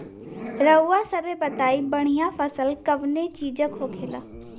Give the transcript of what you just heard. रउआ सभे बताई बढ़ियां फसल कवने चीज़क होखेला?